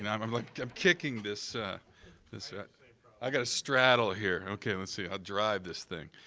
and i'm i'm like um kicking this this, ah i gotta straddle, here. okay, let's see i'll drive this thing.